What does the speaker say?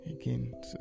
again